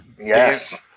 Yes